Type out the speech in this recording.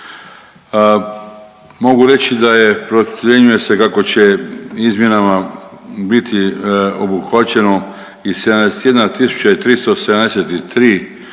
Mogu reći da je, procjenjuje se kako će izmjenama biti obuhvaćeno i 71